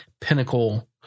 pinnacle